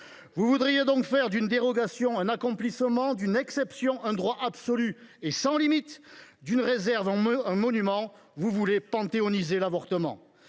Vous voudriez faire d’une dérogation un accomplissement, d’une exception un droit absolu et sans limites, d’une réserve un monument. Vous voulez « panthéoniser » l’avortement